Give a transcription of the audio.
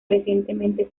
recientemente